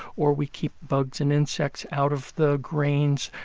or we keep bugs and insects out of the grains.